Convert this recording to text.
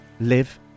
live